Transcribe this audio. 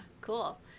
Cool